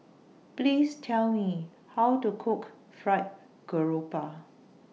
Please Tell Me How to Cook Fried Garoupa